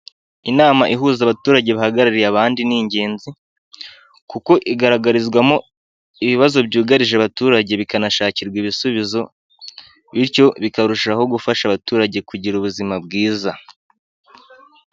Inama ihuza abaturage bahagarariye abandi ni ingenzi, kuko igaragarizwamo ibibazo byugarije abaturage bikanashakirwa ibisubizo, bityo bikarushaho gufasha abaturage kugira ubuzima bwiza.